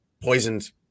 poisoned